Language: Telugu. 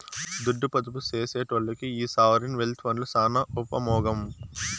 దుడ్డు పొదుపు సేసెటోల్లకి ఈ సావరీన్ వెల్త్ ఫండ్లు సాన ఉపమోగం